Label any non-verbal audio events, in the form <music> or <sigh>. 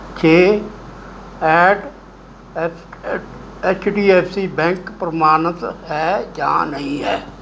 ਛੇ at <unintelligible> H D F C bank ਪ੍ਰਮਾਣਿਤ ਹੈ ਜਾਂ ਨਹੀਂ ਹੈ